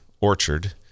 orchard